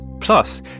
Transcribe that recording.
Plus